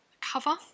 cover